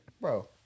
Bro